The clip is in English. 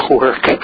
work